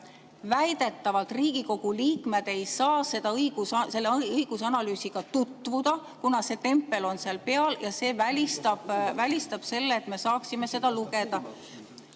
väidetavalt Riigikogu liikmed ei saa selle õigusanalüüsiga tutvuda, kuna see tempel on seal peal ja see välistab selle, et me saaksime seda lugeda. Ja